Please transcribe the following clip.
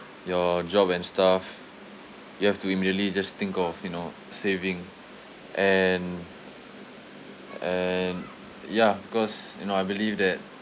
your job and stuff you have to immediately just think of you know saving and and ya cause you know I believe that